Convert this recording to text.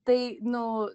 tai nu